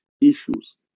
issues